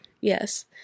Yes